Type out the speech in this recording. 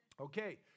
Okay